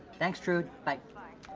thanks trud, like bye.